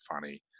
funny